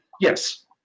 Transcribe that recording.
yes